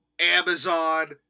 Amazon